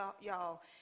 y'all